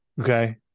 Okay